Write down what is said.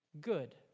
good